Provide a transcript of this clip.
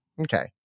okay